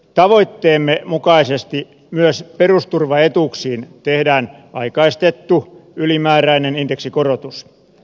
tavoitteemme mukaisesti myös perusturvaetuuksiin tehdään aikaistettu ylimääräinen indeksikorotus